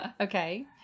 Okay